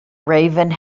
raven